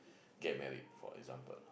get married for example